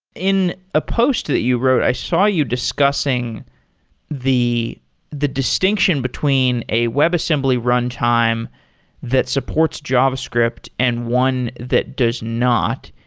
in a post that you wrote, i saw you discussing the the distinction between a webassembly runtime that supports javascript and one that does not.